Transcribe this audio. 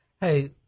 Hey